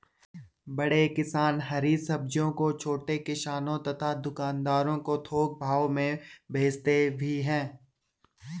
बड़े किसान हरी सब्जियों को छोटे किसानों तथा दुकानदारों को थोक भाव में भेजते भी हैं